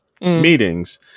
meetings